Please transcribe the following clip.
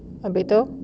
habis tu